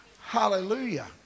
Hallelujah